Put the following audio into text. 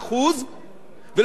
ולסיים את הנאום ולהגיד,